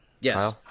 Yes